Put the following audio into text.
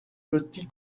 petits